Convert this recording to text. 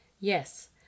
Yes